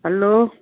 hello